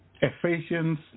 Ephesians